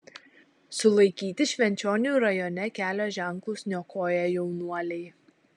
sulaikyti švenčionių rajone kelio ženklus niokoję jaunuoliai